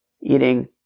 eating